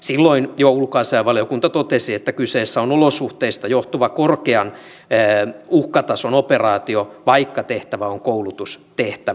silloin jo ulkoasiainvaliokunta totesi että kyseessä on olosuhteista johtuva korkean uhkatason operaatio vaikka tehtävä on koulutustehtävä